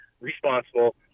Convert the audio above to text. responsible